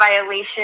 violation